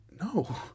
No